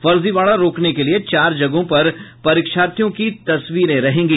फर्जीवाड़ा रोकने के लिये चार जगहों पर परीक्षार्थियों की तस्वीरें रहेगी